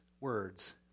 words